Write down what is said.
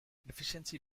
deficiency